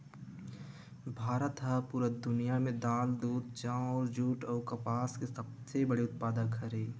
भारत हा पूरा दुनिया में दाल, दूध, चाउर, जुट अउ कपास के सबसे बड़े उत्पादक हरे